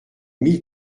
mille